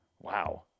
Wow